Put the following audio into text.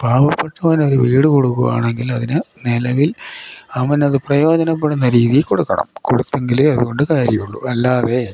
പാവപ്പെട്ടവന് ഒരു വീട് കൊടുക്കുകയാണെങ്കിൽ അതിന് നിലവിൽ അവൻ അത് പ്രയോജനപ്പെടുന്ന രീതി കൊടുക്കണം കൊടുത്തെങ്കിലേ അതുകൊണ്ട് കാര്യം ഉള്ളൂ അല്ലാതെ